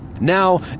Now